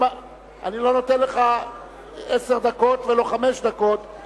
אני לא נותן לך עשר דקות ולא חמש דקות,